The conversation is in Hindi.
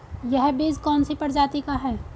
यह बीज कौन सी प्रजाति का है?